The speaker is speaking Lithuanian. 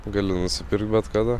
gali nusipirkt bet kada